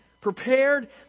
prepared